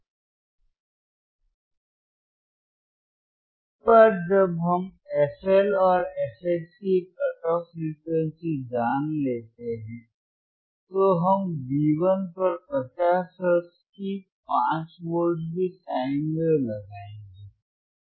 एक बार जब हम fL और fH की कट ऑफ फ़्रीक्वेंसी जान लेते है तो हम V1 पर 50 हर्ट्ज़ की 5 वोल्ट की साइन वेव लगाएंगे